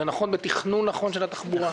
זה נכון בתכנון נכון של התחבורה,